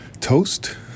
toast